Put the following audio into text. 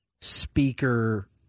speaker